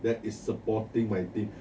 that is supporting my team